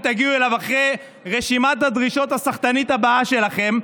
תגיעו אליו אחרי רשימת הדרישות הסחטנית הבאה שלכם,